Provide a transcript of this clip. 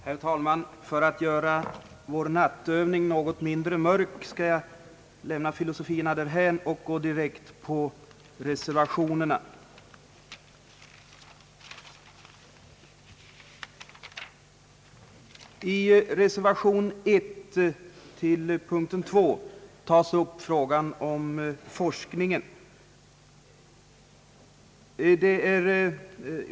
Herr talman! För att göra vår nattövning något mindre mörk skall jag lämna filosofierna därhän och omedelbart gå över till att tala om reservationerna. I reservation 1 till punkt 2 tas upp frågan om forskningen.